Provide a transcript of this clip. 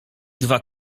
dwa